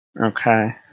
Okay